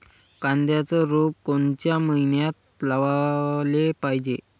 कांद्याचं रोप कोनच्या मइन्यात लावाले पायजे?